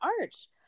arch